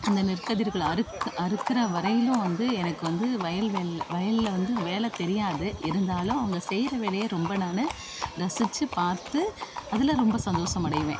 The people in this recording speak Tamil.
அந்த நெற்கதிர்களை அறுக்க அறுக்கிற வரையிலும் வந்து எனக்கு வந்து வயல் வயலில் வந்து வேலை தெரியாது இருந்தாலும் அவங்க செய்கிற வேலையை ரொம்ப நான் ரசித்து பார்த்து அதில் ரொம்ப சந்தோஷம் அடைவேன்